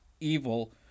Evil